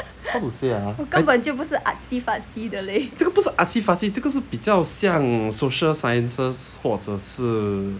how to say ah 这个不是 artsy fancy 这个是比较像 social sciences 或者是